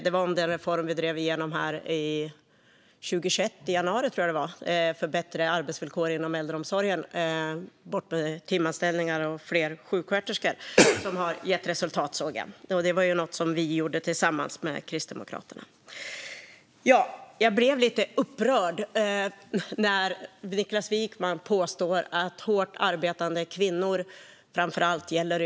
Det var om den reform vi drev igenom här 2021 - jag tror det var i januari - om bättre arbetsvillkor inom äldreomsorgen, bort med timanställningar och fler sjuksköterskor, som har gett resultat. Det var något som vi gjorde tillsammans med Kristdemokraterna. Jag blir lite upprörd över det Niklas Wykman påstår om hårt arbetande kvinnor, som det framför allt gäller.